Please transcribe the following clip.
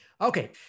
Okay